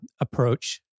approach